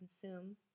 consume